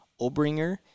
Obringer